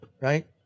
right